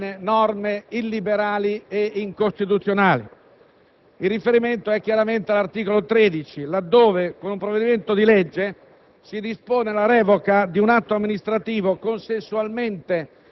che in realtà secondo la nostra opinione, contiene norme illiberali ed incostituzionali. Il riferimento è chiaramente all'articolo 13, là dove, con un provvedimento di legge,